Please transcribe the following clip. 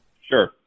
Sure